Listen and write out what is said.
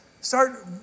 Start